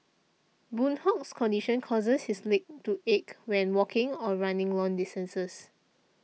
Boon Hock's condition causes his legs to ache when walking or running long distances